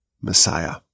messiah